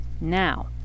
Now